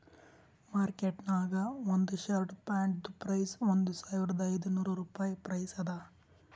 market ನಾಗ್ ಒಂದ್ shirt ಪ್ಯಾಂಟ್ದು ಪ್ರೈಸ್ ಒಂದ್ ಸಾವಿರದ ಐದ ನೋರ್ ರುಪಾಯಿ ಪ್ರೈಸ್ ಅದಾ